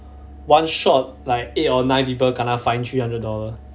one shot like eight or nine people kena find three hundred dollar